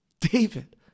David